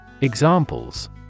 Examples